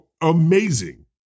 amazing